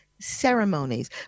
ceremonies